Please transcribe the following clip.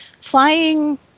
Flying